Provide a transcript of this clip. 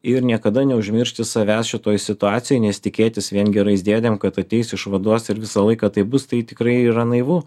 ir niekada neužmiršti savęs šitoj situacijoj nes tikėtis vien gerais dėdėm kad ateis išvaduos ir visą laiką taip bus tai tikrai yra naivu